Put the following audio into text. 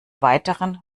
weiteren